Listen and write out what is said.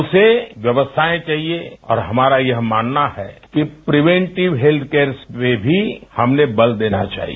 उसे व्यवस्थाएं चाहिए और हमारा यह मानना है कि प्रीवेंटिव हेल्थ केयर्स में भी हमें बल देना चाहिए